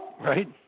right